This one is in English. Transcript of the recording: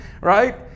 Right